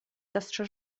zastrze